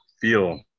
feel